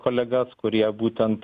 kolegas kurie būtent